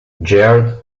jared